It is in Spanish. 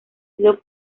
sido